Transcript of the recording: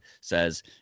says